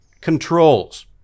controls